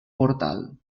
portal